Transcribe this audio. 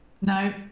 No